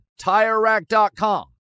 TireRack.com